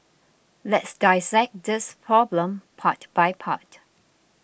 let's dissect this problem part by part